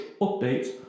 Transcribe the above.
updates